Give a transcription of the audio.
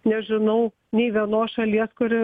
nežinau nė vienos šalies kuri